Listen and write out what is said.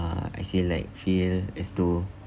uh I still like feel as though